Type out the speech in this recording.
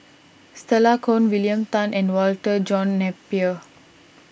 Stella Kon William Tan and Walter John Napier